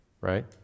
right